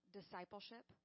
discipleship